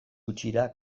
gutxira